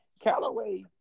Callaway